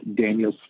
Daniel